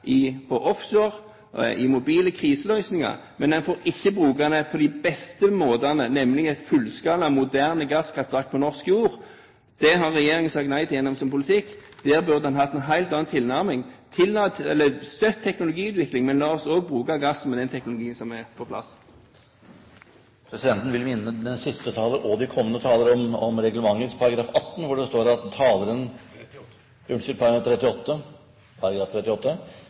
gass på offshore, i mobile kriseløsninger, men man får ikke bruke det på de beste måtene, nemlig et fullskala moderne gasskraftverk på norsk jord. Det har regjeringen sagt nei til gjennom sin politikk. Der burde man hatt en helt annen tilnærming: Støtt teknologiutviklingen, men la oss også bruke gassen med den teknologien som er på plass! Presidenten vil minne den siste taleren og de kommende talerne om reglementets § 38, hvor det står: «Taleren bør holde seg strengt til den sak som er under debatt.» Presidenten minner om at